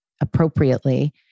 appropriately